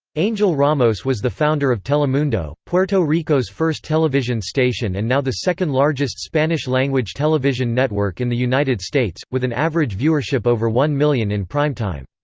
angel ramos was the founder of telemundo, puerto rico's first television station and now the second largest spanish-language television network in the united states, with an average viewership over one million in primetime.